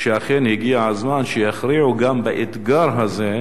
אכן הגיע הזמן שיכריעו גם באתגר הזה.